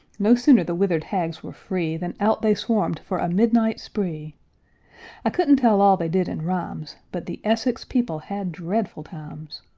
no sooner the withered hags were free than out they swarmed for a midnight spree i couldn't tell all they did in rhymes, but the essex people had dreadful times.